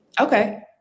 Okay